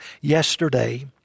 yesterday